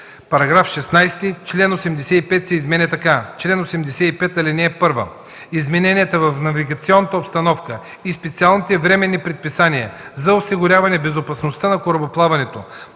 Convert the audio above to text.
§ 16. Член 85 се изменя така: „Чл. 85. (1) Измененията в навигационната обстановка и специалните временни предписания за осигуряване безопасността на корабоплаването